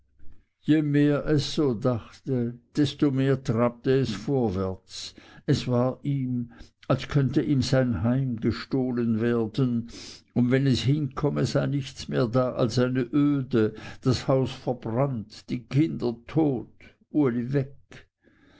je mehr es so dachte desto mehr trabte es vorwärts es war ihm als könnte ihm sein heim gestohlen werden und wenn es hinkomme sei nichts mehr da als eine öde das haus verbrannt die kinder tot uli weg